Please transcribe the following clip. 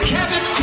Kevin